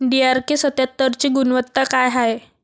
DRK सत्यात्तरची गुनवत्ता काय हाय?